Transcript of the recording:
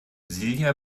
silja